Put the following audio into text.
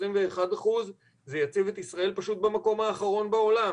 21 אחוזים יציב את ישראל במקום האחרון בעולם,